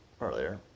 earlier